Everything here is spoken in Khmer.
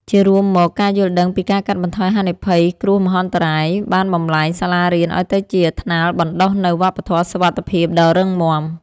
ជារួមមក ការយល់ដឹងពីការកាត់បន្ថយហានិភ័យគ្រោះមហន្តរាយ បានបំប្លែងសាលារៀនឱ្យទៅជាថ្នាលបណ្ដុះនូវវប្បធម៌សុវត្ថិភាពដ៏រឹងមាំ។